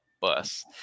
bus